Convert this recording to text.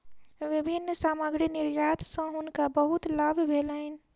विभिन्न सामग्री निर्यात सॅ हुनका बहुत लाभ भेलैन